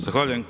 Zahvaljujem.